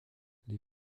les